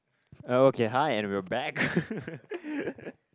oh okay hi and we're back